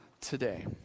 today